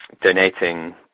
donating